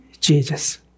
Jesus